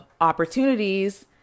opportunities